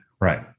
Right